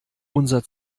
unser